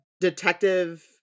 detective